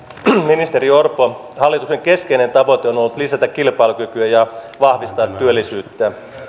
ministeri orpo hallituksen keskeinen tavoite on ollut lisätä kilpailukykyä ja vahvistaa työllisyyttä